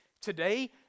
today